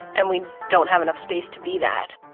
and we don't have enough space to be that.